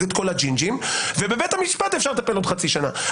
את כל הג'ינג'ים ובבית המשפט אפשר לטפל עוד חצי שנה.